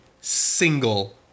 single